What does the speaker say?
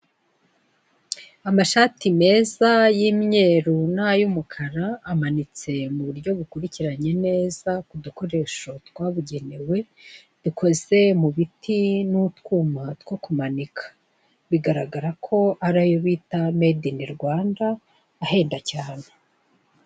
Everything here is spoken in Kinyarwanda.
Amashati meza y'imyeru n'ay'umukara amasitse buryo bukurikiranye neza mu dukoresho twabugenewe. Dukoze mu biti n'utwuma two kumanika biragaragara ko ari ayo bita mede ini Rwanda ahenda cyane.